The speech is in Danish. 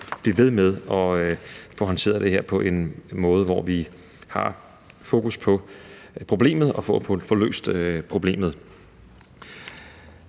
blive ved med at få håndteret det her på en måde, hvor vi har fokus på problemet og på at få løst problemet.